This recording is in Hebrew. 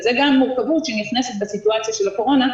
זו גם מורכבות שנכנסת בסיטואציה של הקורונה,